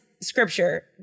scripture